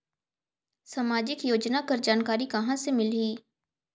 समाजिक योजना कर जानकारी कहाँ से मिलही?